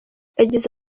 yagize